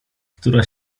która